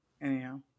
anyhow